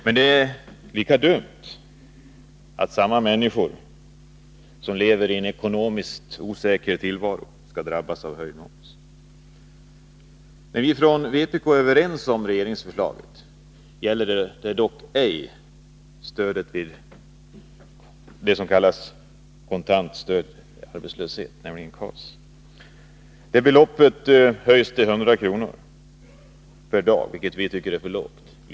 Men det är dumt att samma människor som lever i en ekonomiskt osäker tillvaro skall drabbas av höjd moms. När vpk är överens med regeringen om dess förslag, gäller det dock ej vad som kallas kontantstöd vid arbetslöshet, nämligen KAS. Det belopp det här gäller höjs till 100 kr. per dag, vilket vi tycker är för lågt.